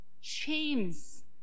shames